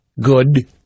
good